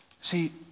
See